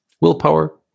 willpower